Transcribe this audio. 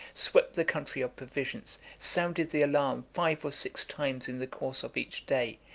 swept the country of provisions, sounded the alarm five or six times in the course of each day,